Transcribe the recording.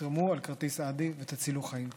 תחתמו על כרטיס אדי ותצילו חיים.